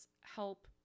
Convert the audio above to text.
help